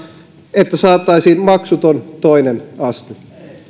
että saataisiin maksuton toinen aste